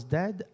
dead